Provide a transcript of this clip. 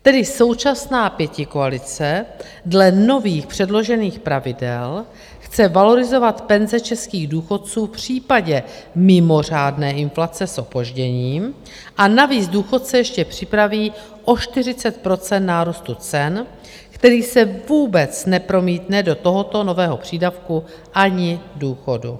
Tedy současná pětikoalice dle nových předložených pravidel chce valorizovat penze českých důchodců v případě mimořádné inflace s opožděním, a navíc důchodce ještě připraví o 40 % nárůstu cen, který se vůbec nepromítne do tohoto nového přídavku ani důchodu.